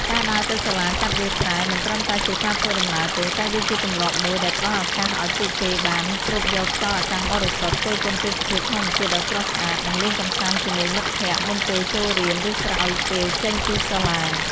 ការដើរទៅសាលាកាត់វាលស្រែ មិនត្រឹមតែជាការធ្វើដំណើរទេ តែវាជាទម្លាប់មួយដែលផ្តល់ឱកាសឲ្យពួកគេបាន ស្រូបយកខ្យល់អាកាសបរិសុទ្ធ គយគន់ទេសភាពធម្មជាតិដ៏ស្រស់ស្អាត និងលេងកម្សាន្តជាមួយមិត្តភក្តិមុនពេលចូលរៀន ឬក្រោយពេលចេញពីសាលា។